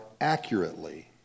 accurately